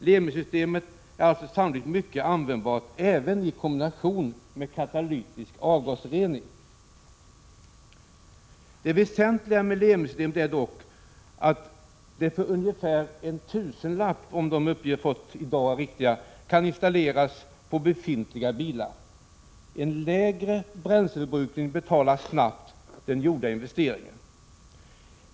LEMI systemet är alltså sannolikt mycket användbart även i kombination med katalytisk avgasrening. Det väsentliga med LEMI-systemet är dock att det för ungefär en tusenlapp, om de uppgifter jag har fått i dag är riktiga, kan installeras på befintliga bilar. En lägre bränsleförbrukning betalar snabbt den gjorda investeringen.